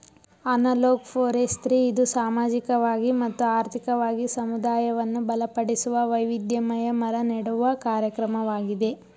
analog forestry ಇದು ಸಾಮಾಜಿಕವಾಗಿ ಮತ್ತು ಆರ್ಥಿಕವಾಗಿ ಸಮುದಾಯವನ್ನು ಬಲಪಡಿಸುವ, ವೈವಿಧ್ಯಮಯ ಮರ ನೆಡುವ ಕಾರ್ಯಕ್ರಮವಾಗಿದೆ